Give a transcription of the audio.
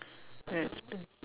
very expen~